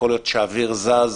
כל עוד האוויר זז,